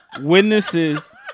witnesses